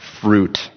fruit